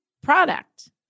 product